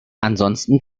ansonsten